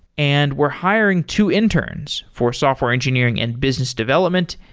and we're hiring two interns for software engineering and business development.